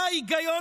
מה ההיגיון,